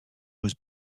was